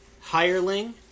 Hireling